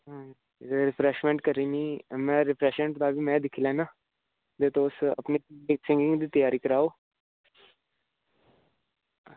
ते रीफ्रेशमेंट करनी ते में दिक्खी लैना ते तुस अपने बच्चें गी त्यारी कराओ